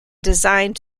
designed